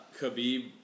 Khabib